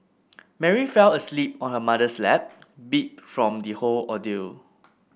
Mary fell asleep on her mother's lap beat from the whole ordeal